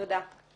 תודה.